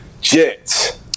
Jets